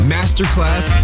Masterclass